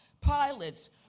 pilots